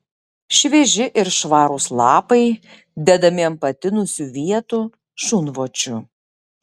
švieži ir švarūs lapai dedami ant patinusių vietų šunvočių